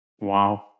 Wow